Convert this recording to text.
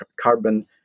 carbon